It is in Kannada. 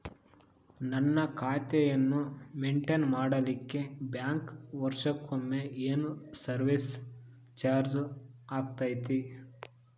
ನನ್ನ ಖಾತೆಯನ್ನು ಮೆಂಟೇನ್ ಮಾಡಿಲಿಕ್ಕೆ ಬ್ಯಾಂಕ್ ವರ್ಷಕೊಮ್ಮೆ ಏನು ಸರ್ವೇಸ್ ಚಾರ್ಜು ಹಾಕತೈತಿ?